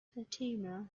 fatima